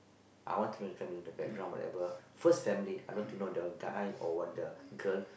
I want to know the family the background whatever first family I want to know the guy or what the girl